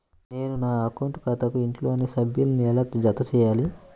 నేను నా అకౌంట్ ఖాతాకు ఇంట్లోని సభ్యులను ఎలా జతచేయాలి?